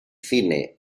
cine